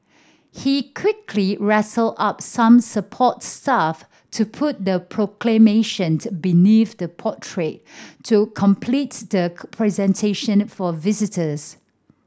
he quickly rustled up some support staff to put the Proclamation beneath the portrait to completes the presentation for visitors